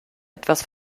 etwas